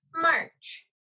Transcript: March